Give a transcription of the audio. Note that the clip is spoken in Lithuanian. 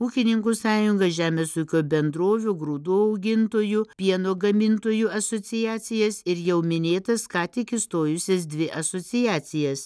ūkininkų sąjungą žemės ūkio bendrovių grūdų augintojų pieno gamintojų asociacijas ir jau minėtas ką tik įstojusias dvi asociacijas